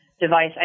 device